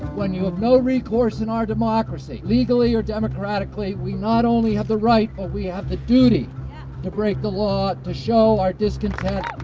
when you have no recourse in our democracy, legally or democratically, we not only have the right but we have the duty to break the law to show our discontent.